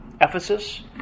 Ephesus